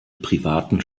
privaten